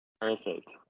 Perfect